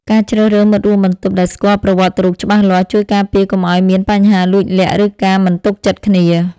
ការជ្រើសរើសមិត្តរួមបន្ទប់ដែលស្គាល់ប្រវត្តិរូបច្បាស់លាស់ ជួយការពារកុំឱ្យមានបញ្ហាលួចលាក់ឬការមិនទុកចិត្តគ្នា។